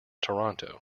toronto